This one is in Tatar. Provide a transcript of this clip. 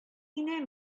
генә